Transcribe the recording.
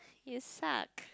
you suck